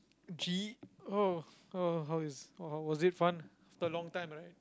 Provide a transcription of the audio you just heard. G oh oh how is how was it fun after a long time right